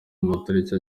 matariki